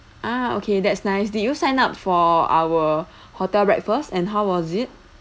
ah okay that's nice did you sign up for our hotel breakfast and how was it